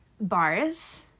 bars